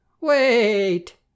wait